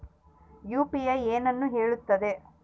UPI ಏನನ್ನು ಹೇಳುತ್ತದೆ?